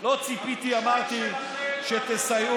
לא ציפיתי, אמרתי שתסייעו.